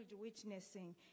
witnessing